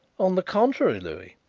on the contrary, louis,